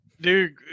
Dude